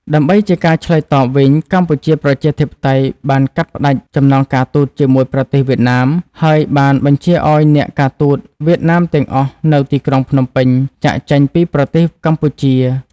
ដើម្បីជាការឆ្លើយតបវិញ កម្ពុជាប្រជាធិបតេយ្យបានកាត់ផ្តាច់ចំណងការទូតជាមួយប្រទេសវៀតណាម ហើយបានបញ្ជាឱ្យអ្នកការទូតវៀតណាមទាំងអស់នៅទីក្រុងភ្នំពេញចាកចេញពីប្រទេសកម្ពុជា។